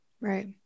Right